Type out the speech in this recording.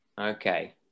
Okay